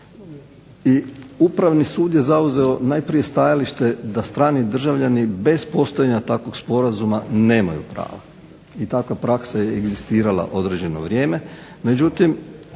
i Upravni sud je zauzeto najprije stajalište da strani državljani bez postojanja takvog sporazuma nemaju pravo i takva praksa je egzistirala određeno vrijeme.